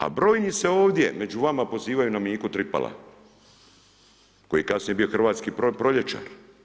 A brojni se, ovdje među vama, pozivaju na Miku Tripala koji je kasnije bio hrvatski proljećar.